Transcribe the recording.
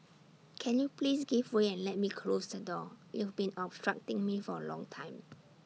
can you please give way and let me close the door you've been obstructing me for A long time